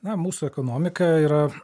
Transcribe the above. na mūsų ekonomika yra